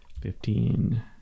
Fifteen